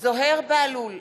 זוהיר בהלול,